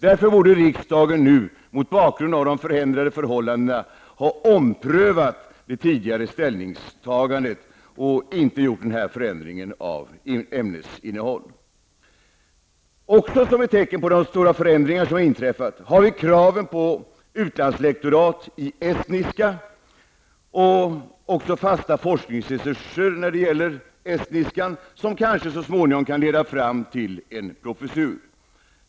Därför borde riksdagen mot bakgrund av de förändrade förhållandena ha omprövat det tidigare ställningstagandet och inte gjort denna förändring av ämnesinnehåll. Ett annat tecken på de stora förändringar som har inträffat är kraven på utlandslektorat i estniska och fasta forskningsresurser när det gäller estniska. Detta kan kanske så småningom leda fram till en professur.